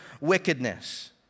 wickedness